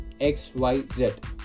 XYZ